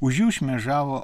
už jų šmėžavo